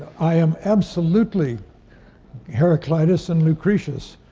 i am absolutely heraclides and lucretius.